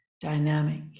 dynamic